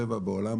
במעלות,